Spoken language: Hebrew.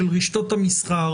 של רשתות המסחר